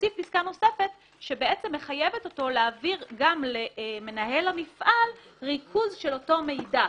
פסקה שמחייבת אותו להעביר גם למנהל המפעל ריכוז של אותו מידע.